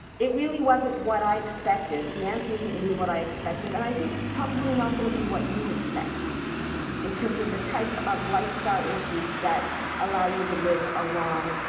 it really wasn't what i expected. the answer isn't really what i expected. and i think it's probably not going to be what you expect in terms of the type of lifestyle issues that allow you to live a long,